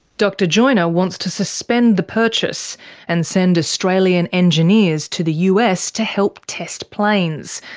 dr joiner wants to suspend the purchase and send australian engineers to the us to help test planes,